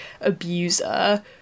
abuser